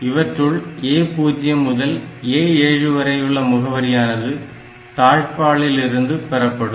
இவற்றுள் A0 முதல் A7 வரையுள்ள முகவரியானது தாழ்பாளிலிருந்து பெறப்படும்